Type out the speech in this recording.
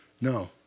No